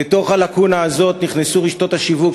לתוך הלקונה הזאת נכנסו רשתות השיווק,